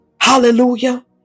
Hallelujah